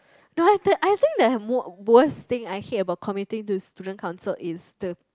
no I the I think the mo~ worst thing I hate about committing to student council is the